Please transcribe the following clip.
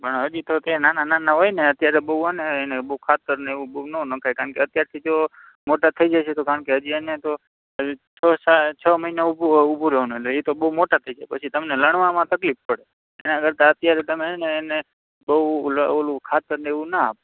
પણ હજી તો તે નાના નાના હોય ને અત્યારે બહુ છે ને એને બહું ખાતર ને એવું બહુ ના નખાય કારણ કે અત્યારથી જો મોટા થઇ જશે તો કારણ કે હજી એને તો છ સાત છ મહિના ઉભું અ ઉભું રહેવાનું એટલે એ તો બહું મોટા થઇ જાય પછી તો તમને લણવામાં તકલીફ પડે એના કરતાં અત્યારે તમે છે ને બહું ઓલા ઓલું ખાતર ને એવું ના આપતા